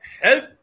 help